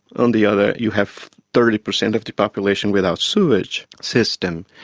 on the other you have thirty percent of the population without sewerage systems.